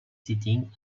sitting